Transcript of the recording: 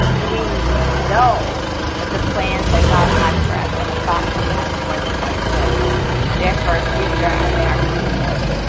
we can know that the plans that god has for us and the thoughts he has towards us are good there for a future and they are hopeful,